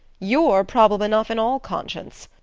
you're problem enough in all conscience.